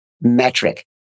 metric